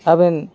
ᱟᱹᱵᱤᱱ